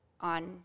on